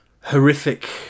horrific